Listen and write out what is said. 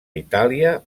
itàlia